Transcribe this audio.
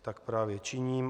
Tak právě činím.